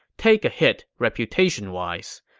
take a hit reputation-wise.